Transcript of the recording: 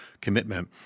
commitment –